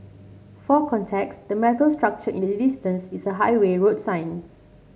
for context the metal structure in the distance is a highway road sign